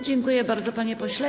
Dziękuję bardzo, panie pośle.